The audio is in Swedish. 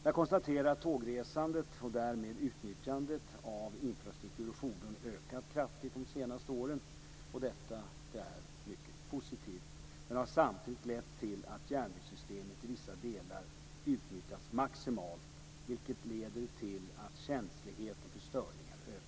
Jag konstaterar att tågresandet och därmed utnyttjandet av infrastruktur och fordon ökat kraftigt de senaste åren. Detta är mycket positivt men har samtidigt lett till att järnvägssystemet i vissa delar utnyttjas maximalt, vilket leder till att känsligheten för störningar ökar.